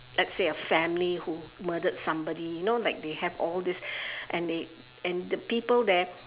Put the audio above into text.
let's say a family who murdered somebody you know like they have all this and they and the people there